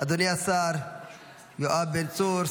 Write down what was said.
אדוני השר יואב בן צור,